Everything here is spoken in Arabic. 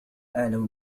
أعلم